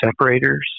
separators